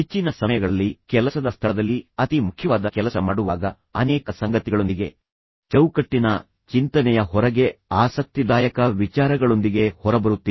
ಹೆಚ್ಚಿನ ಸಮಯಗಳಲ್ಲಿ ನೀವು ಕೆಲಸದ ಸ್ಥಳದಲ್ಲಿ ಅತಿ ಮುಖ್ಯವಾದ ಕೆಲಸ ಮಾಡುವಾಗ ನೀವು ಅನೇಕ ಸಂಗತಿಗಳೊಂದಿಗೆ ಚೌಕಟ್ಟಿನ ಚಿಂತನೆಯ ಹೊರಗೆ ಆಸಕ್ತಿದಾಯಕ ವಿಚಾರಗಳೊಂದಿಗೆ ಹೊರಬರುತ್ತೀರಿ